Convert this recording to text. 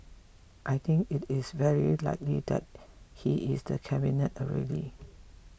I think it is very likely that he is the Cabinet already